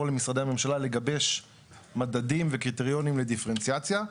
למשרדי הממשלה להביא מדדים וקריטריונים לדיפרנציאציה.